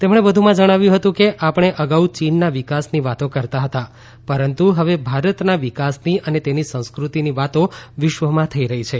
તેમણે વધુમાં જણાવ્યું હતું કે આપણે અગાઉ ચીનના વિકાસની વાતો કરતાં હતા પરંતુ હવે ભારતના વિકાસની અને તેની સંસ્કૃતિની વાતો વિશ્વમાં થઇ રહી છે